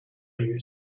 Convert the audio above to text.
you